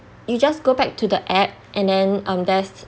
you just go back to the app and then um there's